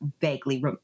vaguely